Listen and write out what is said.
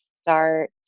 start